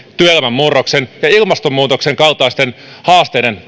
työelämän murroksen ja ilmastonmuutoksen kaltaisten haasteiden